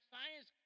Science